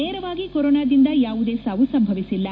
ನೇರವಾಗಿ ಕೊರೊನಾದಿಂದ ಯಾವುದೇ ಸಾವು ಸಂಭವಿಸಿಲ್ಲ